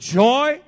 joy